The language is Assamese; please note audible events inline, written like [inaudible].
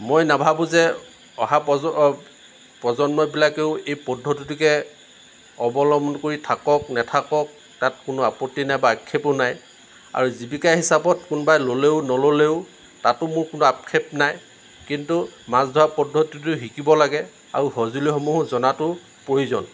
মই নাভাবোঁ যে অহা [unintelligible] প্ৰজন্মবিলাকেও এই পদ্ধতিটোকে অৱলম্বন কৰি থাকক নেথাকক তাত কোনো আপত্তি নাই বা আক্ষেপো নাই আৰু জীৱিকা হিচাপত কোনবাই ল'লেও নল'লেও তাতো মোৰ কোনো আক্ষেপ নাই কিন্তু মাছ ধৰা পদ্ধতিটো শিকিব লাগে আৰু সঁজুলিসমূহো জনাটো প্ৰয়োজন